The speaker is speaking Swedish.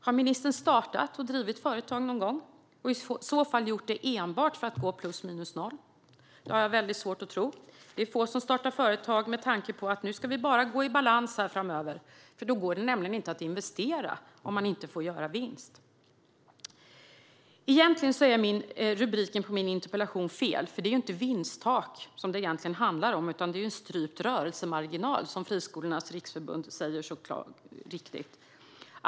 Har ministern startat och drivit företag någon gång och i så fall gjort det enbart för att gå plus minus noll? Det har jag väldigt svårt att tro. Det är få som startar företag med tanken att bara nå balans framöver. Om man inte får göra vinst går det nämligen inte att investera. Egentligen är rubriken på min interpellation fel. Det handlar egentligen inte om vinsttak utan om en strypt rörelsemarginal, som Friskolornas riksförbund så riktigt säger.